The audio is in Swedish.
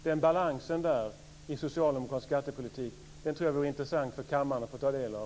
Den balansen i socialdemokratisk skattepolitik tycker jag vore intressant för kammaren att få ta del av.